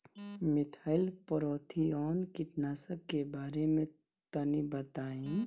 Methyl parathion कीटनाशक के बारे में तनि बताई?